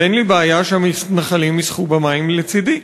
ואין לי בעיה שהמתנחלים ישחו במים לצדי.